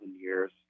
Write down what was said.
years